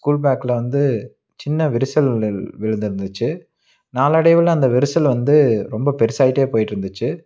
school பேக்கில் வந்து சின்ன விரிசல் விழு விழுந்துருந்துச்சு நாளடைவில் அந்த விரிசல் வந்து ரொம்ப பெரிசாயிட்டே போயிட்டிருந்துச்சு